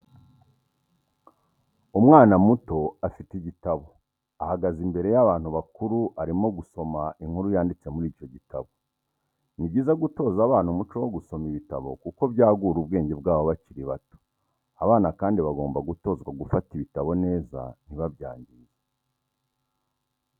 Umwana muto afite igitabo ahagaze imbere y'abantu bakuru arimo gusoma inkuru yanditse muri icyo gitabo. Ni byiza gutoza abana umuco wo gusoma ibitabo kuko byagura ubwenge bwabo bakiri bato, abana kandi bagomba gutozwa gufata ibitabo neza ntibabyangize.